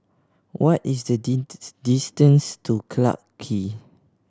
what is the distance to Clarke Quay